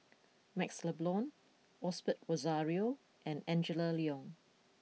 Maxle Blond Osbert Rozario and Angela Liong